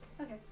Okay